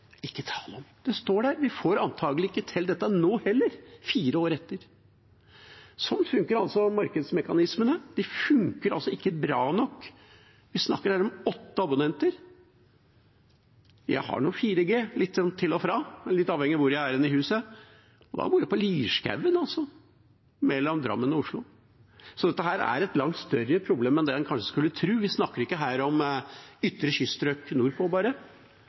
står der, vi får antakelig ikke til dette nå heller, fire år etter. Sånn funker altså markedsmekanismene – de funker ikke bra nok. Vi snakker her om åtte abonnenter. Jeg har 4G, litt til og fra, litt avhengig av hvor hen jeg er i huset – og jeg bor altså på Lierskogen, mellom Drammen og Oslo. Så dette er et langt større problem enn det en kanskje skulle tro. Vi snakker ikke her om bare ytre kyststrøk nordpå.